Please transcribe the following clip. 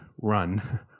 run